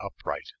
upright